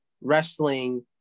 wrestling